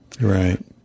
Right